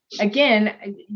again